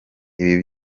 ibi